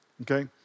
okay